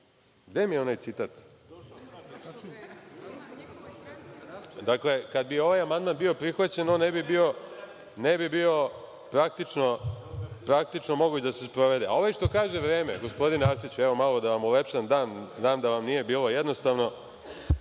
Gde mi je onaj citat? Dakle, kada bi ovaj amandman bio prihvaćen on ne bi bio praktično moguć da se sprovede.A onaj što kaže vreme, gospodine Arsiću, evo da vam malo ulepšam dan, znam da vam nije bilo jednostavno,